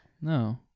No